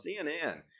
CNN